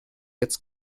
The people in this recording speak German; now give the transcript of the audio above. jetzt